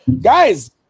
Guys